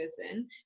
person